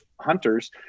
hunters